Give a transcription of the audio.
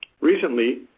Recently